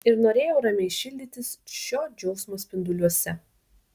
ir norėjau ramiai šildytis šio džiaugsmo spinduliuose